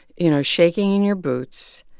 you know, shaking in your boots.